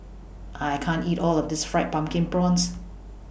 I can't eat All of This Fried Pumpkin Prawns